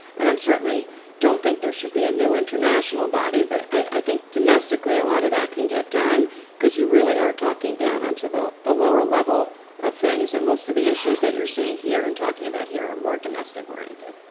and i um certainly don't think there should be a new international body, but i think domestically a lot of that can get done because you really are talking down onto the the lower level of things. and most of the issues that you're seeing here and talking about here are more domestic oriented.